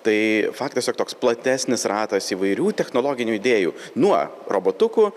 tai faktas jog toks platesnis ratas įvairių technologinių idėjų nuo robotukų